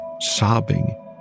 sobbing